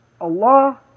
Allah